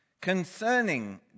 concerning